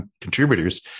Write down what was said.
contributors